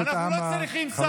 אנחנו לא צריכים שר כאן.